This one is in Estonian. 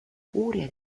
uurijad